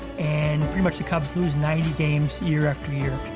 and pretty much the cubs lose ninety games year, after year,